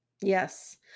Yes